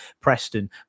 Preston